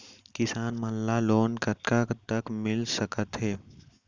किसान मन ला लोन कतका तक मिलिस सकथे?